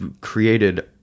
created